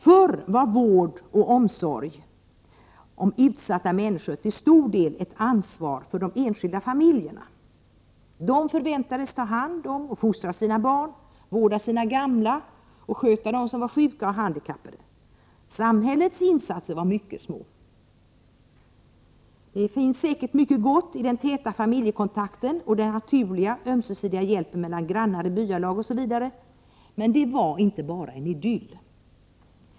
Förr var vård och omsorg om utsatta människor till stor del ett ansvar för Prot. 1988/89:105 de enskilda familjerna. De förväntades ta hand om och fostra sina barn, 27 april 1989 vårda sina gamla och sköta dem som var sjuka och handikappade. Samhällets insatser var mycket små. Det finns mycket gott i den täta familjekontakten och den naturliga, ömsesidiga hjälpen mellan grannar, i byalag, osv., men det var inte bara en idyll.